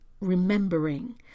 remembering